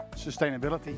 sustainability